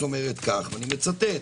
אני מצטט: